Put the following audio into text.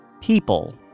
people